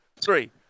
three